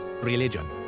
religion